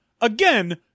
again